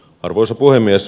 arvoisa puhemies